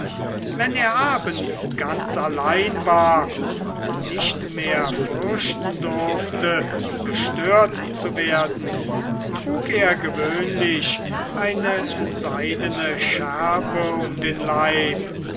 wenn er abends ganz allein war und nicht mehr fürchten durfte gestört zu werden trug er gewöhnlich eine seidene schärpe um den leib